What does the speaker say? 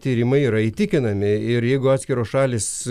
tyrimai yra įtikinami ir jeigu atskiros šalys